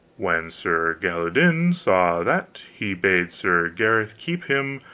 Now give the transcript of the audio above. when sir galihodin saw that, he bad sir gareth keep him,